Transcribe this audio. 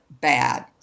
Bad